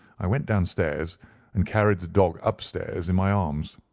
i went downstairs and carried the dog upstair in my arms.